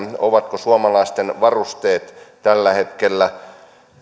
ovatko suomalaisten varusteet tällä hetkellä